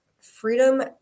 freedom